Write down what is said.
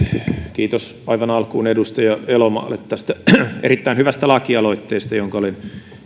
kiitos aivan alkuun edustaja elomaalle tästä erittäin hyvästä lakialoitteesta jonka olen